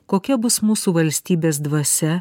kokia bus mūsų valstybės dvasia